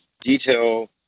detail